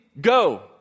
go